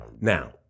now